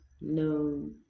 No